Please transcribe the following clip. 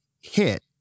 hit